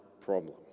problem